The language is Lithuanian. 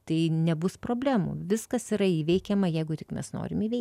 tai nebus problemų viskas yra įveikiama jeigu tik mes norim įveikt